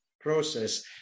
process